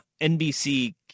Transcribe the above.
nbc